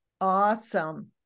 Awesome